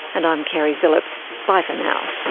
and i'm keri phillips. bye for now